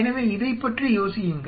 எனவே இதைப்பற்றி யோசியுங்கள்